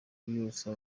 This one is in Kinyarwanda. byose